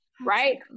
right